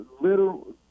little